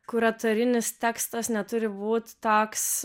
kurio tarinis tekstas neturi būt toks